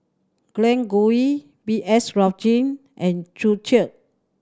Glen Goei B S Rajhans and Joo Chiat